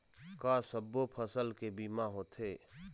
का सब्बो फसल के बीमा होथे?